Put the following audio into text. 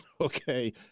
okay